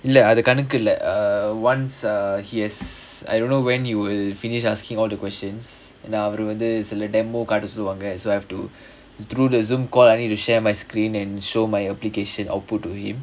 இல்ல அது கணக்கு இல்ல:illa athu kanakku illa err once err he has I don't know when he will finish asking all the questions ஏனா அவரு வந்து சில:yaenaa avaru vanthu sila time காட்ட சொல்லுவாங்க:kaatta solluvaanga so I have to through the Zoom call I need to share my screen and show my application output to H